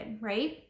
right